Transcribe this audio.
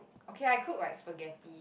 okay lah I cook like spaghetti